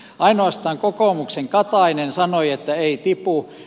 ainoastaan kokoomuksen katainen sanoi että ei tipu